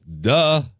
duh